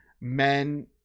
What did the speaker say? Men